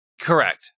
Correct